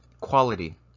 quality